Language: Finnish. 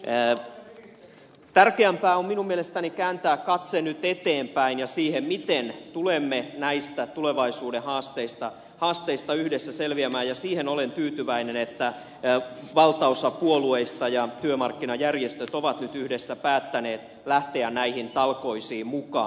tärkeämpää on minun mielestäni kääntää katse nyt eteenpäin ja siihen miten tulemme näistä tulevaisuuden haasteista yhdessä selviämään ja siihen olen tyytyväinen että valtaosa puolueista ja työmarkkinajärjestöt ovat nyt yhdessä päättäneet lähteä näihin talkoisiin mukaan